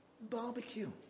barbecue